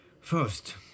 First